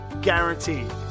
guaranteed